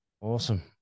awesome